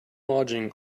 lodging